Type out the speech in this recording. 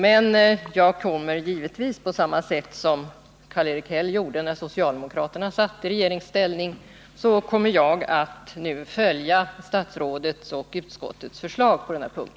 Men jag kommer givetvis — på samma sätt som Karl-Erik Häll gjorde när socialdemokraterna satt i regeringsställning — nu att följa statsrådets och utskottets förslag på denna punkt.